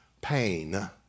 pain